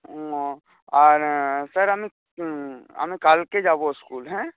ও আর স্যার আমি আমি কালকে যাবো স্কুল হ্যাঁ